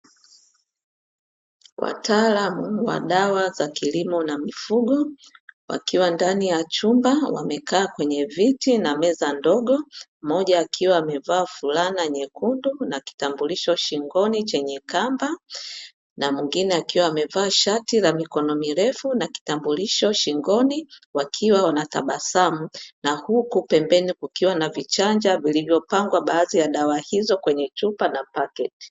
Wataalamu wa dawa za kilimo na mifugo wakiwa ndani ya chumba wamekaa kwenye viti na meza ndogo, mmoja akiwa amevaa fulana nyekundu na kitambulisho shingoni chenye kamba na mwingine akiwa amevaa shati la mikono mirefu na kitambulisho shingoni wakiwa wanatabasamu, na huku pembeni kukiwa na vichanja vilivyopangwa baadhi ya dawa hizo kwenye chupa na paketi.